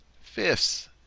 fifths